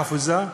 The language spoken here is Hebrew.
חפוזה,